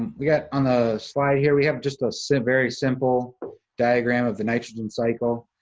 we've got, on the slide here, we have just a so very simple diagram of the nitrogen cycle.